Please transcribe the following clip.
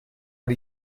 per